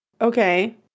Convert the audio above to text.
okay